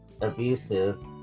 abusive